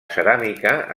ceràmica